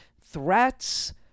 threats